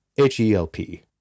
H-E-L-P